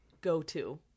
go-to